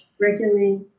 regularly